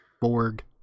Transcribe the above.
Borg